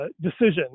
decision